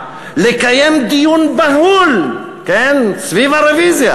לקיים דיון בהול סביב הרוויזיה.